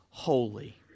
holy